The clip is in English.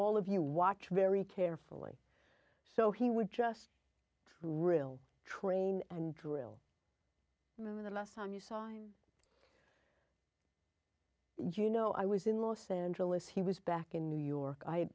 all of you watch very carefully so he would just real train and drill them in the last time you sign you know i was in los angeles he was back in new york i